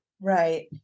Right